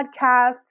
podcast